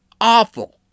awful